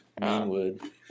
Meanwood